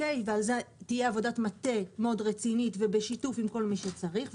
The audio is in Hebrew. ועל זה תהיה עבודת מטה מאוד רצינית ובשיתוף עם כל מי שצריך,